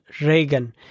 Reagan